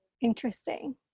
interesting